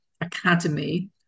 Academy